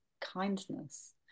Kindness